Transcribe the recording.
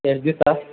ಎಷ್ಟು ದಿವಸ